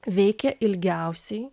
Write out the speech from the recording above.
veikė ilgiausiai